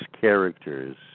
characters